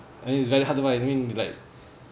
I mean it's very hard to find I mean you like